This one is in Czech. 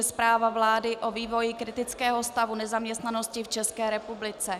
Zpráva vlády o vývoji kritického stavu nezaměstnanosti v České republice